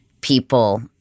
people